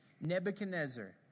Nebuchadnezzar